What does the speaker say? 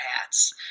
hats